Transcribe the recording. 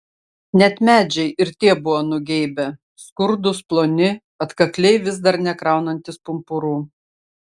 net medžiai ir tie buvo nugeibę skurdūs ploni atkakliai vis dar nekraunantys pumpurų